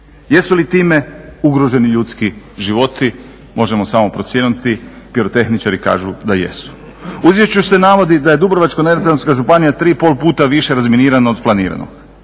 Jesu li time ugroženi ljudski životi, možemo samo procijeniti. Pirotehničari kažu da jesu. U izvješću se navodi da je Dubrovačko-neretvanska županija 3,5 puta više razminirana od planiranog.